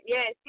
Yes